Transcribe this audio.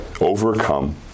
overcome